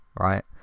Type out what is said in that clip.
Right